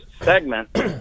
segment